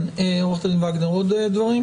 עורכת הדין וגנר, עוד דברים?